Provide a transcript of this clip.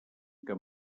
que